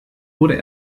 wurde